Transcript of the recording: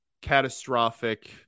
catastrophic